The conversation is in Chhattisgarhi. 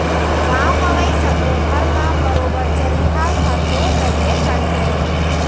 गॉंव गँवई सब्बो घर म बरोबर चरिहा ह तो रइबे करथे